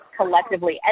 collectively